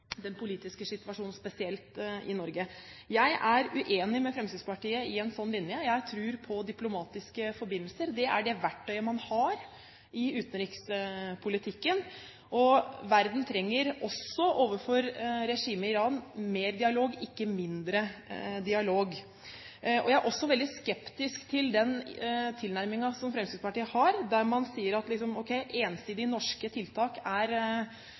den politiske situasjonen spesielt i Norge. Jeg er uenig med Fremskrittspartiet i en slik linje. Jeg tror på diplomatiske forbindelser. Det er det verktøyet man har i utenrikspolitikken, og verden trenger – også overfor regimet i Iran – mer dialog, ikke mindre dialog. Jeg er også veldig skeptisk til Fremskrittspartiets tilnærming der man sier at ensidige norske tiltak er